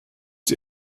sie